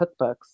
cookbooks